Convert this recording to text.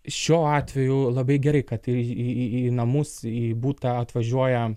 šiuo atveju labai gerai kad į į į namus į butą atvažiuoja